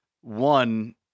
one